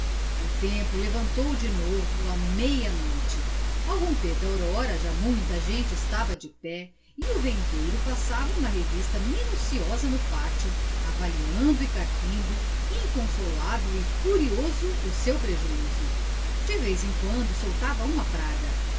o tempo levantou de novo à meia-noite ao romper da aurora já muita gente estava de pé e o vendeiro passava uma revista minuciosa no pátio avaliando e carpindo inconsolável e furioso o seu prejuízo de vez em quando soltava uma praga